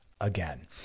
again